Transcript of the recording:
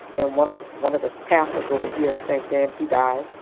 and one of one of the pastors over here at st. james, he died.